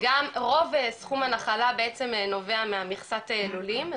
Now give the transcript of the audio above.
וגם רוב סכום הנחלה בעצם נובע ממכסת הלולים.